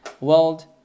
world